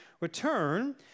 return